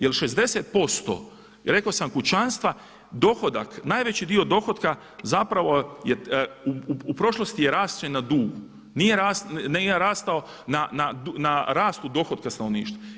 Jer 60%, rekao sam kućanstva, dohodak, najveći dio dohotka zapravo je u prošlosti je rastao na dug, nije rastao na rastu dohotka stanovništva.